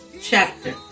chapter